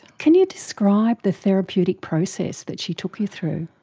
can you describe the therapeutic process that she took you through?